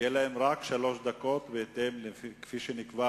יהיו רק שלוש דקות, כפי שנקבע